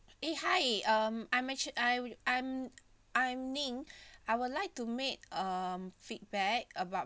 eh hi um I'm actually I I'm I'm ning I would like to make um feedback about